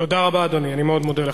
תודה רבה, אדוני, אני מאוד מודה לך.